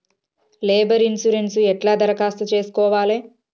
Labour insurance ఎట్ల దరఖాస్తు చేసుకోవాలే?